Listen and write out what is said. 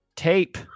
Tape